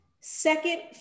second